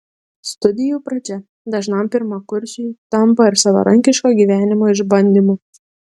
studijų pradžia dažnam pirmakursiui tampa ir savarankiško gyvenimo išbandymu